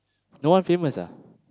no one famous ah